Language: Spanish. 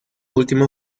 último